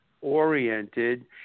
oriented